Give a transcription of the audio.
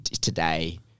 today